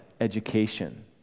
education